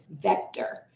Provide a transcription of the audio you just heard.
vector